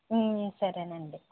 సరేనండీ